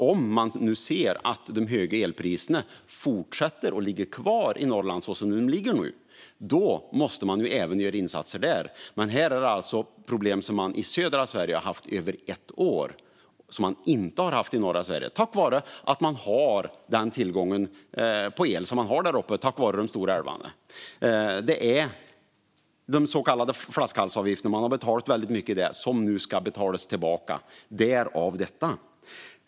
Om man ser att de höga elpriserna fortsätter i Norrland och ligger kvar där de ligger nu, då måste man göra insatser även där. Men det är alltså ett problem som man i södra Sverige haft i över ett år men som man inte haft i norra Sverige tack vare att man har den tillgång på el som man har där uppe i och med de stora älvarna. Det är de så kallade flaskhalsavgifterna - man har betalat väldigt mycket där - som nu ska betalas tillbaka. Därav detta.